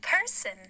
person